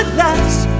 last